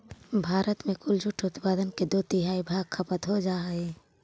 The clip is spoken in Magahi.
भारत में कुल जूट उत्पादन के दो तिहाई भाग खपत हो जा हइ